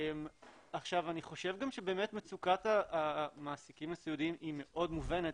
אני חושב שמצוקת המעסיקים הסיעודיים היא מאוד מובנת,